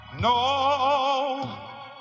no